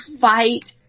fight